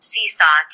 Seesaw